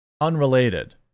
unrelated